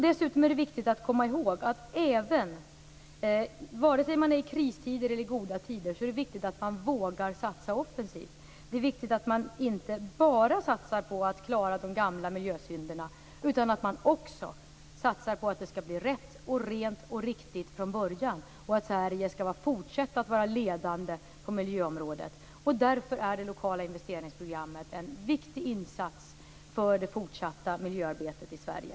Dessutom är det viktigt, vare sig det är kristider eller goda tider, att våga satsa offensivt. Det är viktigt att man inte bara satsar på att klara de gamla miljösynderna utan att man också satsar på att det skall bli rätt, rent och riktigt från början och att Sverige skall fortsätta att vara ledande på miljöområdet. Därför är det lokala investeringsprogrammet en viktig insats för det fortsatta miljöarbetet i Sverige.